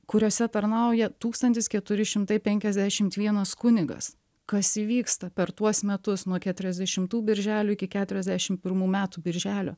kuriose tarnauja tūkstantis keturi šimtai penkiasdešimt vienas kunigas kas įvyksta per tuos metus nuo keturiasdešimtų birželio iki keturiasdešim pirmų metų birželio